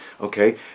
Okay